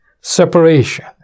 separation